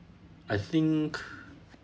I think